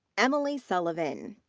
emily sullivan.